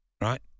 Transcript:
right